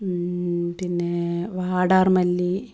പിന്നേ വാടാർമല്ലി